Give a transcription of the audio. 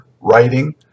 writing